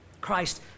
Christ